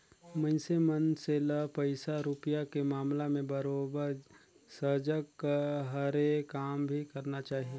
मइनसे मन से ल पइसा रूपिया के मामला में बरोबर सजग हरे काम भी करना चाही